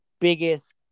biggest –